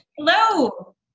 Hello